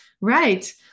right